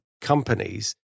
companies